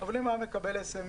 אבל אם הוא היה מקבל סמ"ס,